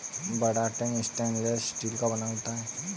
बड़ा tank stainless steel का बना होता है